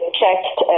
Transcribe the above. checked